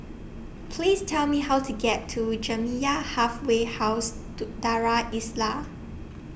Please Tell Me How to get to Jamiyah Halfway House Do Darul Islah